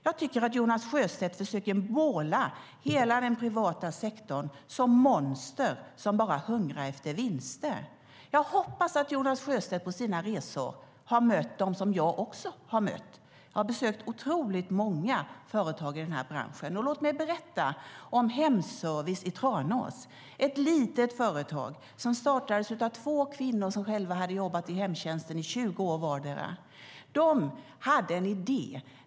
Jag tycker att Jonas Sjöstedt försöker måla upp hela den privata sektorn som monster som bara hungrar efter vinster. Jag hoppas att Jonas Sjöstedt på sina resor har mött de som jag också har mött. Jag har besökt otroligt många företag i den här branschen. Låt mig berätta om Hemservice i Tranås, ett litet företag som startades av två kvinnor som själva hade jobbat i hemtjänsten i 20 år vardera. De hade en idé.